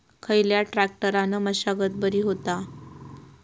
खयल्या ट्रॅक्टरान मशागत बरी होता?